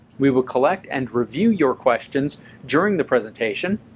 we will collect and review your questions during the presentation,